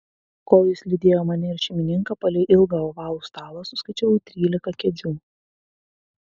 kol jis lydėjo mane ir šeimininką palei ilgą ovalų stalą suskaičiavau trylika kėdžių